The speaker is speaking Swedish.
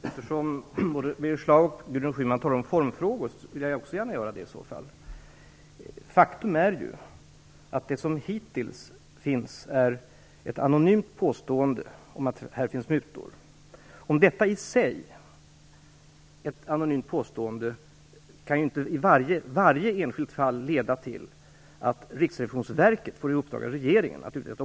Herr talman! Eftersom både Birger Schlaug och Gudrun Schyman talar om formfrågor vill jag också gärna göra det. Faktum är att det som hittills finns är ett anonymt påstående om mutor. Ett anonymt påstående kan inte i varje enskilt fall leda till att Riksrevisionsverket får i uppdrag av regeringen att utreda.